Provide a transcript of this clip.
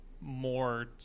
more